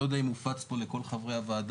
אני לא יודע אם הופץ פה לכל חברי הוועדה,